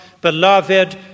Beloved